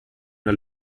una